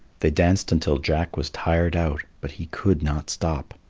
they danced until jack was tired out, but he could not stop,